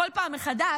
כל פעם מחדש,